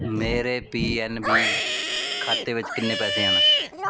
ਮੇਰੇ P N B ਖਾਤੇ ਵਿੱਚ ਕਿੰਨੇ ਪੈਸੇ ਹਨ